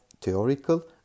theoretical